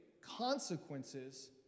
consequences